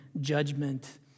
judgment